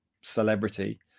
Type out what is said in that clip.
celebrity